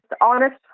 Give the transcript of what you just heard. honest